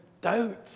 doubt